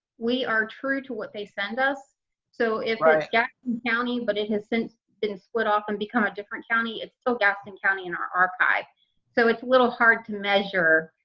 we are true to what they send us so if ah jackson county, but it has since been split off and become a different county. it's so gaston county in our archive so it's a little hard to measure,